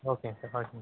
okay sir ஓகேங்க sir